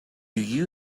you